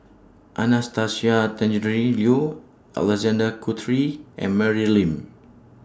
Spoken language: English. Anastasia Tjendri Liew Alexander Guthrie and Mary Lim